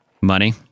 Money